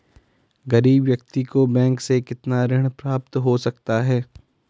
गरीब व्यक्ति को बैंक से कितना ऋण प्राप्त हो सकता है?